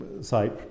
site